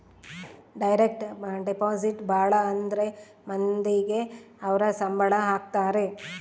direct deposit ಭಾಳ ಅಂದ್ರ ಮಂದಿಗೆ ಅವ್ರ ಸಂಬ್ಳ ಹಾಕತರೆ